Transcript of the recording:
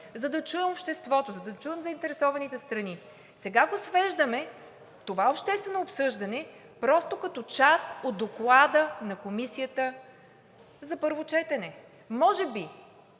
за да чуем обществото, за да чуем заинтересованите страни. Сега свеждаме това обществено обсъждане просто като част от доклада на комисията за първо четене.